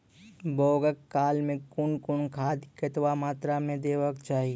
बौगक काल मे कून कून खाद केतबा मात्राम देबाक चाही?